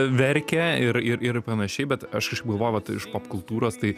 verkė ir ir ir panašiai bet aš kažkaip galvoju vat iš popkultūros tai